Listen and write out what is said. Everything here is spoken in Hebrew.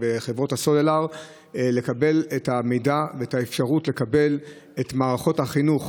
וחברות הסלולר את המידע ואת האפשרות לקבל את מערכות החינוך,